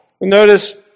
Notice